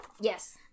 Yes